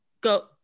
Go